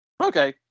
Okay